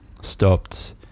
stopped